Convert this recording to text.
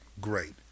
great